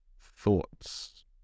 thoughts